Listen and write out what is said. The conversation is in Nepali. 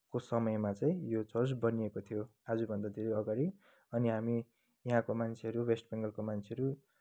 को समयमा चाहिँ यो चर्च बनिएको थियो आजभन्दा धेरै अगाडि अनि हामी यहाँको मान्छेहरू वेस्ट बेङ्गलको मान्छेहरू